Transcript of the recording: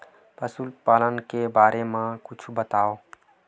पशुपालन के बारे मा कुछु बतावव?